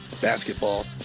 basketball